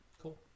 Cool